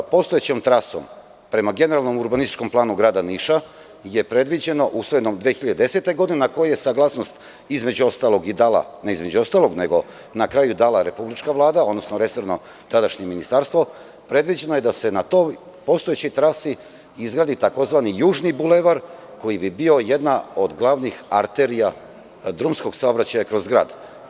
Postojećom trasom prema Generalnom urbanističkom planu grada Niša je predviđeno, usvojenom 2010. godine, na koju je saglasnost, između ostalog i dala, ne između ostalog, nego na kraju dala republička Vlada, odnosno resorno tadašnje ministarstvo, predviđeno je da se na toj postojećoj trasi izgradi tzv. „južni bulevar“ koji bi bio jedna od glavnih arterija drumskog saobraćaja kroz grad.